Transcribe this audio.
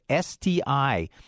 STI